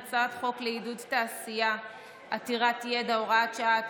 והצעת חוק לעידוד תעשייה עתירת ידע (הוראת שעה),